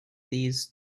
these